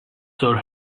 sir